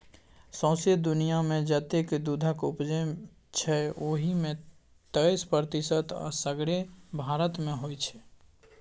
सौंसे दुनियाँमे जतेक दुधक उपजै छै ओहि मे तैइस प्रतिशत असगरे भारत मे होइ छै